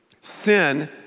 Sin